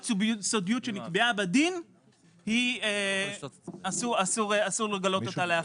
סודיות שנקבעה בדין אסור לגלות אותה לאחר.